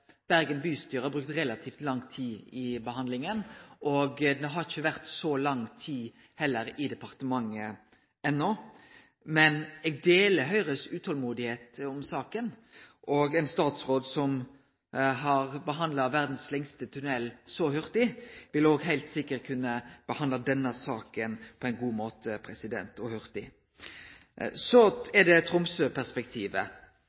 Bergen bystyre har brukt relativt lang tid i behandlinga, og saka har heller ikkje vore så lenge i departementet enno. Men eg deler Høgre sitt utolmod i saka. Ein statsråd som har behandla verdas lengste tunell så hurtig, vil òg heilt sikkert kunne behandle denne saka hurtig og på ein god måte. Så